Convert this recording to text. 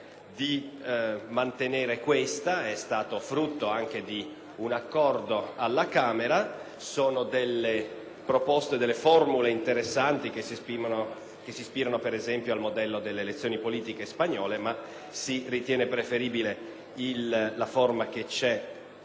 di mantenere questa, che è stata frutto anche di un accordo alla Camera; quelle proposte sono delle formule anche interessanti, che si ispirano, ad esempio, al modello delle elezioni politiche spagnole, ma si ritiene preferibile la forma contenuta